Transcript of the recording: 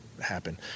happen